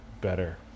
better